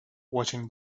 watching